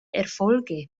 erfolge